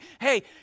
Hey